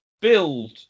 build